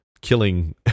killing